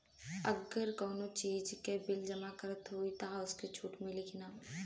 अगर कउनो चीज़ के बिल जमा करत हई तब हमके छूट मिली कि ना?